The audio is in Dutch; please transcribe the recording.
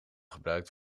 gebruikt